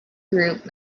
group